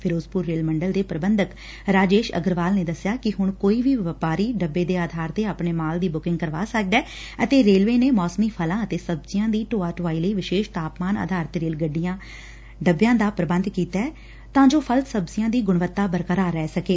Firozpur rail ਮੰਡਲ ਦੇ ਪ੍ਰੰਬਧਕ ਰਾਜੇਸ਼ ਅਗਰਵਾਲ ਨੇ ਦੱਸਿਆ ਕਿ ਹੂਣ ਕੋਈ ਵੀ ਵਪਾਰੀ ਡੱਬੇ ਦੇ ਆਧਾਰ ਤੇ ਆਪਣੇ ਮਾਲ ਦੀ ਬੂਕੀੰਗ ਕਰਵਾ ਸਕਦੈ ਅਤੇ ਰੇਲਵੇ ਨੇ ਮੌਸਮੀ ਫ਼ਲਾਂ ਅਤੇ ਸਬਜ਼ੀਆਂ ਦੀ ਢੋਆ ਢੁਆਈ ਲਈ ਵਿਸ਼ੇਸ਼ ਤਾਪਮਾਨ ਆਧਾਰਤ ਰੇਲ ਡੱਬਿਆਂ ਦਾ ਪ੍ਰਬੰਧ ਕੀਤੈ ਤਾਂ ਜੋ ਫਲ ਸਬਜ਼ੀਆਂ ਦੀ ਗੁਣਵੱਤਾ ਬਰਕਰਾਰ ਰਹਿ ਸਕੇ